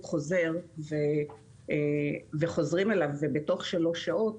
חוזר וחוזרים אליו בתוך שלוש שעות,